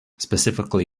specifically